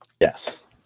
yes